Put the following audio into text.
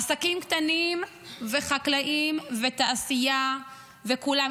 עסקים קטנים וחקלאים ותעשייה וכולם,